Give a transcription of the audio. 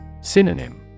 Synonym